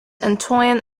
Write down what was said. antoine